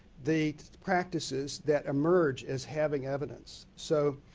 the practices that emerge as having evidence. so,